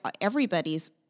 everybody's